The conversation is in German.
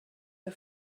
der